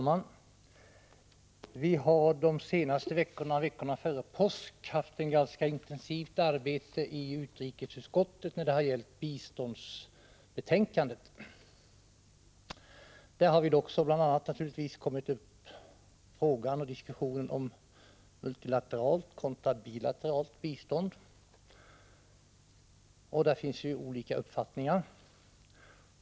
Fru talman! Vi har under veckorna före påsk haft ett ganska intensivt arbete i utrikesutskottet när det gällt biståndsbetänkandet. Då har naturligtvis också diskussionen om multilateralt kontra bilateralt bistånd kommit upp, och därvidlag finns ju olika uppfattningar.